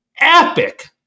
epic